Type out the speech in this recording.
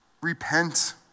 Repent